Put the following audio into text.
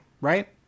right